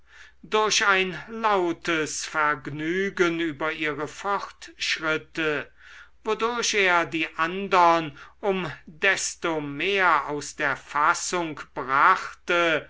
durch ein lautes vergnügen über ihre fortschritte wodurch er die andern um desto mehr aus der fassung brachte